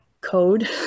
code